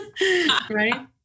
right